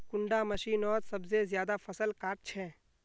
कुंडा मशीनोत सबसे ज्यादा फसल काट छै?